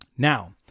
Now